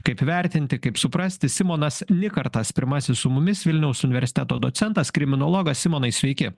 kaip vertinti kaip suprasti simonas nikartas pirmasis su mumis vilniaus universiteto docentas kriminologas simonai sveiki